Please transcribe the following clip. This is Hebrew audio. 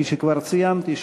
כפי שכבר ציינתי,